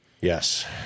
Yes